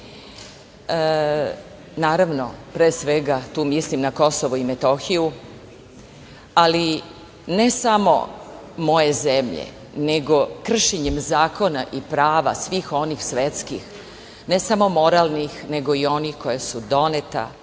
naravno pre svega tu mislim na KiM, ali ne samo moje zemlje, nego kršenjem zakona i prava svih onih svetskih, ne samo moralnih nego i onih koja su doneta,